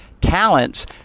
talents